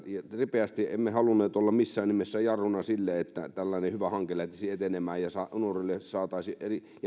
ripeästi emme missään nimessä halunneet olla jarruna vaan halusimme että tällainen hyvä hanke lähtisi etenemään ja nuorille ja